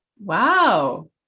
Wow